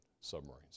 submarines